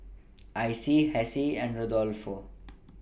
Icie Hessie and Rodolfo